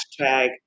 hashtag